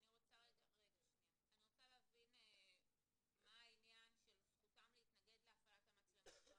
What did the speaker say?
אני רוצה להבין מה העניין של "זכותם להתנגד להפעלת המצלמות".